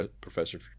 Professor